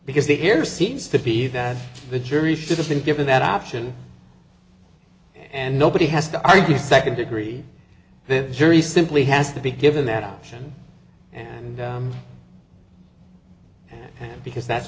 because the here seems to be that the jury should have been given that option and nobody has to argue second degree this jury simply has to be given that option and because that's